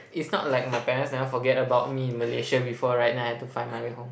it's not like my parents never forget about me in Malaysia before right then I have to find my way home